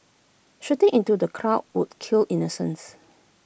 shooting into the crowd would kill innocents